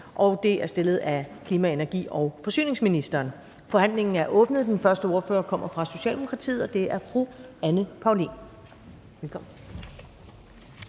Første næstformand (Karen Ellemann): Forhandlingen er åbnet. Den første ordfører kommer fra Socialdemokratiet, og det er fru Anne Paulin. Velkommen.